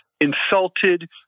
insulted